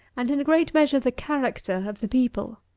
and, in a great measure, the character of the people.